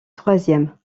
troisième